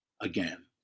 again